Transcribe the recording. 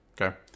Okay